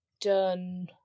done